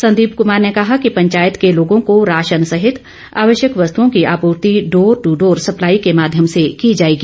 संदीप कुमार ने कहा कि पंचायत के लोगों को राशन सहित आवश्यक वस्तुओं की आपूर्ति डोर टू डोर सप्लाई के माध्यम से की जाएगी